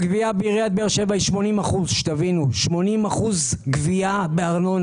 הגבייה בארנונה בעיריית באר שבע היא 80%. זה הכי גבוה בארץ.